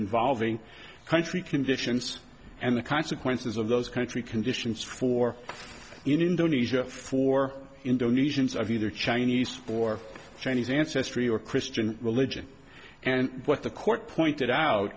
involving country conditions and the consequences of those country conditions for indonesia for indonesians are either chinese for chinese ancestry or christian religion and what the court pointed out